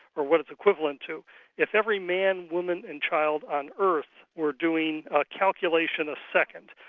or what it's equivalent to if every man, woman and child on earth were doing a calculation a second,